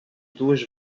duas